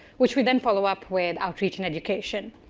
which we then follow up with outreach and education,